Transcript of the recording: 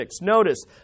Notice